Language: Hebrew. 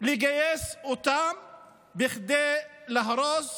לגייס אותם כדי להרוס